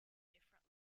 different